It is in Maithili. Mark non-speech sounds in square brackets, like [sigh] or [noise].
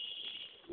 [unintelligible]